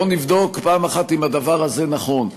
בואו נבדוק פעם אחת אם הדבר הזה נכון,